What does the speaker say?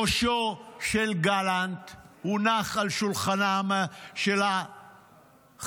ראשו של גלנט הונח כמנחה על שולחנם של החרדים,